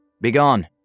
Begone